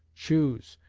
choose,